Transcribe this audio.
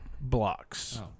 blocks